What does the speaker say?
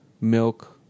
milk